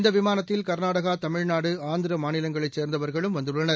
இந்தவிமானத்தில் கர்நாடகா தமிழ்நாடு ஆந்திராமாநிலங்களைசேர்ந்தவர்களும் வந்துள்ளனர்